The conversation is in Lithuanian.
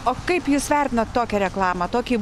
o kaip jūs vertinate tokią reklamą tokį